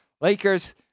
Lakers